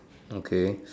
okay